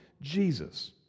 Jesus